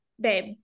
babe